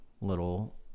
little